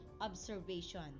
observation